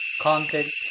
context